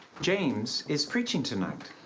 james is preaching tonight.